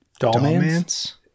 Dollman's